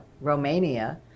Romania